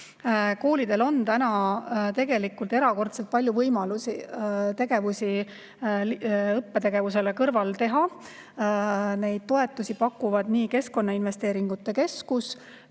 Koolidel on tegelikult erakordselt palju võimalusi, tegevusi õppetegevuse kõrval. Toetusi pakuvad nii Keskkonnainvesteeringute Keskus